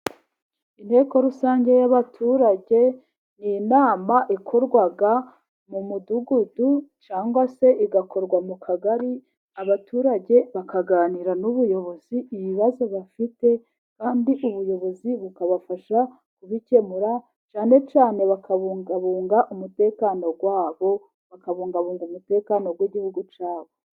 Inteko rusange y'abaturage ni inama ikorwa mu mudugudu cyangwa se igakorwa mu kagari, abaturage bakaganira n'ubuyobozi ibibazo bafite kandi ubuyobozi bukabafasha kubikemura, cyane cyane bakabungabunga umutekano wabo, bakabungabunga umutekano w'igihugu cyabo.